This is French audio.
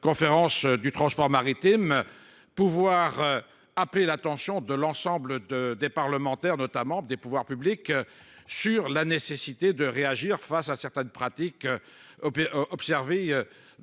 armateurs de France aient pu appeler l'attention de l'ensemble des parlementaires et des pouvoirs publics sur la nécessité de réagir face à certaines pratiques observées